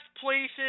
places